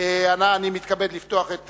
אני מתכבד לפתוח את